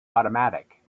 automatic